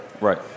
Right